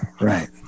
right